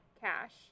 Cash